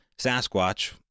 Sasquatch